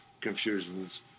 Confusion's